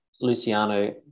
Luciano